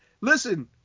Listen